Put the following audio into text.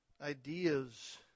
ideas